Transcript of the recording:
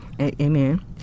amen